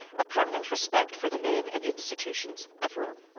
a permanent respect for the name and institutions of rome.